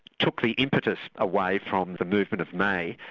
took the impetus away from the movement of may,